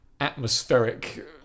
atmospheric